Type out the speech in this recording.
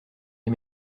les